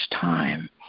time